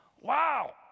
Wow